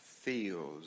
feels